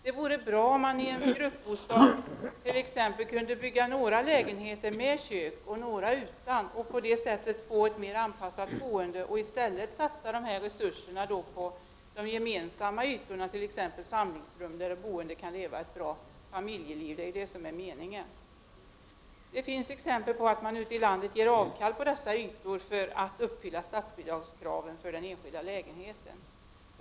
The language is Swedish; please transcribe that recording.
Det vore bra om det i vissa gruppbostäder kunde byggas några lägenheter med kök och några utan, så att man på det sättet får ett mer anpassat boende och att dessa resurser i stället satsas på de gemensamma ytorna, t.ex. samlingsrum där de boende kan leva ett bra familjeliv, vilket ju är meningen. Det finns exempel på att man ute i landet avstår från dessa ytor för att uppfylla statsbidragskraven för den enskilda lägenheten.